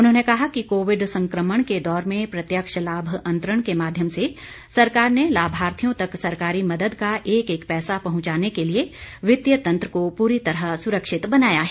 उन्होंने कहा कि कोविड संक्रमण के दौर में प्रत्यक्ष लाभ अंतरण के माध्यम से सरकार ने लाभार्थियों तक सरकारी मदद का एक एक पैसा पहुंचाने के लिए वित्तीय तंत्र को पूरी तरह सुरक्षित बनाया है